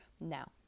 Now